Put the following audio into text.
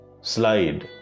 slide